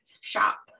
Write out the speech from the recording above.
shop